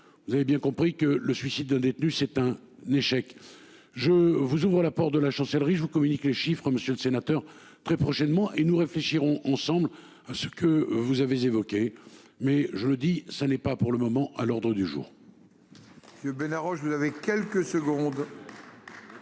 vous avez bien compris que le suicide d'un détenu hein n'échec je vous ouvrent la porte de la Chancellerie je vous communique les chiffres. Monsieur le sénateur très prochainement et nous réfléchirons ensemble à ce que vous avez évoquées, mais je le dis, ça n'est pas pour le moment à l'ordre du jour.